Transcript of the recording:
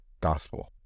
gospel